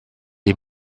est